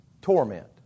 Torment